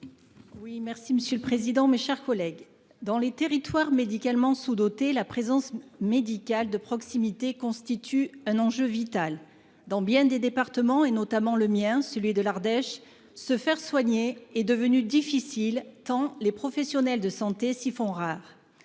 Oui, merci monsieur le président, mes chers collègues dans les territoires médicalement sous-dotées la présence médicale de proximité constitue un enjeu vital dans bien des départements et notamment le mien, celui de l'Ardèche se faire soigner est devenue difficile tant les professionnels de santé s'font rares